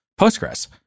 Postgres